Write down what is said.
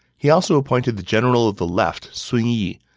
he also appointed the general of the left, sun yi,